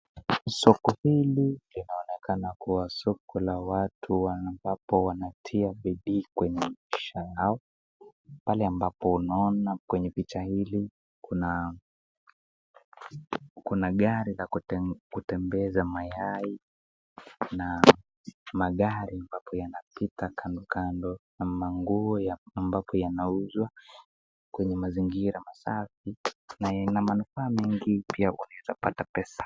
Soko hili limaonekana kuwa soko la watu wanaotia bidii kwenye maisha yao, pale ambapo naona kwenye picha hili kuna gari ya kutembeza mayai. Kuna magari ambapo yanapita kando kando na nguo ambapo yanauzwa kwenye mazingira safi, na kuna manufaa mengi na pia kupata pesa.